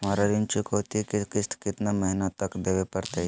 हमरा ऋण चुकौती के किस्त कितना महीना तक देवे पड़तई?